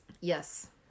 Yes